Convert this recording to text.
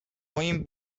moim